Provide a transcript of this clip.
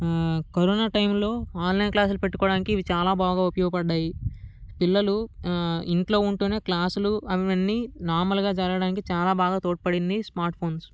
corona టైంలో online క్లాసులు పెట్టుకోవడానికి చాలా బాగా ఉపయోగపడ్డాయి పిల్లలు ఇంట్లో ఉంటూనే క్లాసులు అవన్నీ నార్మల్గా జరగడానికి చాలా బాగా తోడ్పడింది స్మార్ట్ఫోన్స్